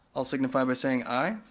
all signify by saying aye.